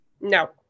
No